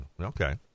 Okay